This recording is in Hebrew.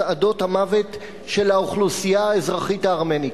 צעדות המוות של האוכלוסייה האזרחית הארמנית.